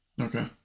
Okay